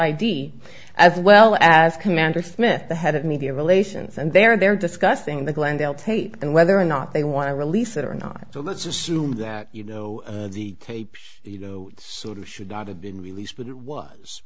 i d as well as commander smith the head of media relations and they're there discussing the glendale tape and whether or not they want to release it or not so let's assume that you know the tapes you know sort of should not have been released but it was